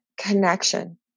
connection